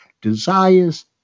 desires